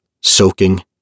soaking